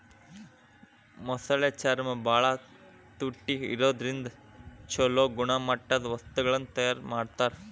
ಮೊಸಳೆ ಚರ್ಮ ಬಾಳ ತುಟ್ಟಿ ಇರೋದ್ರಿಂದ ಚೊಲೋ ಗುಣಮಟ್ಟದ ವಸ್ತುಗಳನ್ನ ತಯಾರ್ ಮಾಡ್ತಾರ